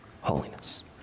holiness